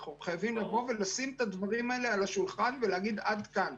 אנחנו חייבים לשים את הדברים על השולחן ולהגיד עד כאן.